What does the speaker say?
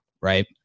right